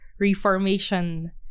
Reformation